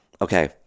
okay